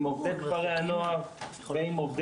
עם עובדי כפרי הנוער --- אוהד,